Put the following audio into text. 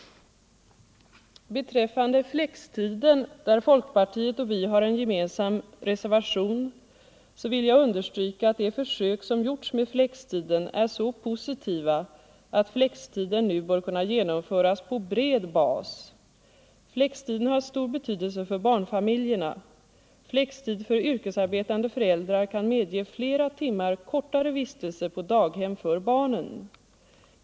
Beträffande flextiden, där folkpartiet och vi har en gemensam reservation, vill jag understryka att de försök som gjorts med flextid är så positiva att flextid nu bör kunna genomföras på bred bas. Flextiden har stor betydelse för barnfamiljerna. Flextid för yrkesarbetande föräldrar kan medföra flera timmar kortare vistelse på daghem för barnen.